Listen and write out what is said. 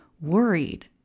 worried